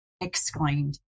exclaimed